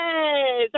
Yes